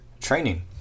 training